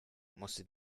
musste